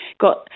got